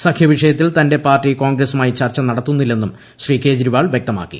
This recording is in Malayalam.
സഖ്യ വിഷയത്തിൽ തന്റെ പാർട്ടി കോൺഗ്രസുമായി ചർച്ച നടത്തുന്നില്ലെന്നും ശ്രീ കേജ്രിവാൾ വ്യക്തമാക്കി